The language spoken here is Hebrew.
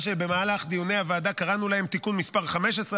מה שבמהלך תיקוני הוועדה קראנו לו תיקון מס' 15,